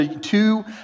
two